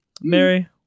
Mary